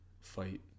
fight